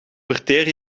verteer